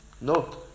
No